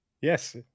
Yes